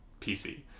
PC